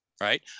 Right